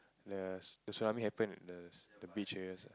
there's the tsunami happened there's the beach areas